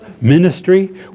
Ministry